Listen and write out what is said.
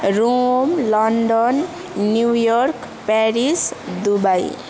Rome London New York Paris Dubai